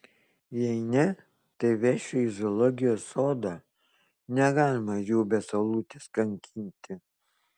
jei ne tai vešiu į zoologijos sodą negalima jų be saulutės kankinti